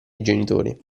genitori